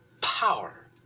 power